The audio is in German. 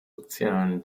sozialen